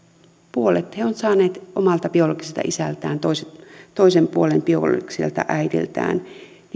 puolet he ovat saaneet omalta biologiselta isältään ja toisen puolen biologiselta äidiltään